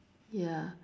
ya